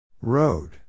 Road